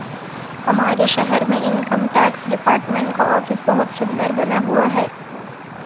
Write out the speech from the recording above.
हमारे शहर में इनकम टैक्स डिपार्टमेंट का ऑफिस बहुत सुन्दर बना हुआ है